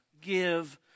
give